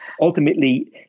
Ultimately